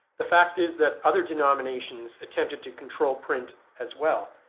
the fact is that other denominations attempted to control print as well.